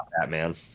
Batman